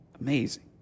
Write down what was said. Amazing